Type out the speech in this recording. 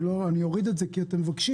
אני אוריד את זה כי אתם מבקשים,